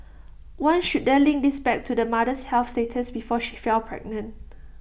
one should then link this back to the mother's health status before she fell pregnant